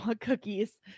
cookies